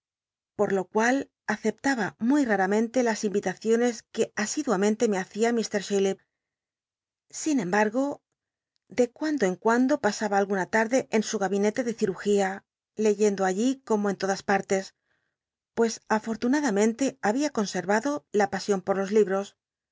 por lo cual aceptaba muy raramente las inritaciones que asiduamente me hacia ih chillip sin embargo de cuando en cuando pasaba alguna tnrdc en su gabinete ele cirujia leyendo allí como en todas partes pues afortunadamente h tbia conscrado la pasion por los libi'os